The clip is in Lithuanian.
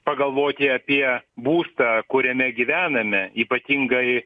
pagalvoti apie būstą kuriame gyvename ypatingai